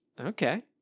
Okay